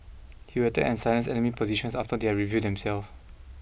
he would attack and silence enemy positions after they had revealed themselves